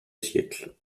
siècle